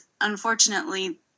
unfortunately